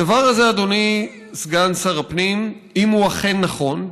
הדבר הזה, אדוני סגן שר הפנים, אם הוא אכן נכון,